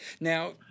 Now